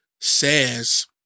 says